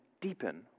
deepen